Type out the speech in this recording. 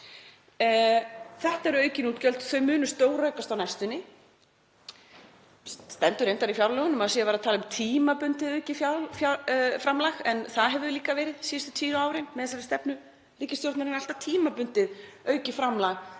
Þetta eru aukin útgjöld og þau munu stóraukast á næstunni. Það stendur reyndar í fjárlögunum að það sé verið að tala um tímabundið aukið framlag en það hefur líka verið þannig síðustu tíu árin með þessari stefnu ríkisstjórnarinnar, alltaf tímabundið aukið framlag